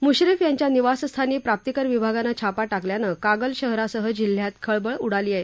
मुश्रीफ यांच्या निवासस्थानी गडचिरोली विभागानं छापा टाकल्यानं कागल शहरासह जिल्ह्यात खळबळ उडाली आहे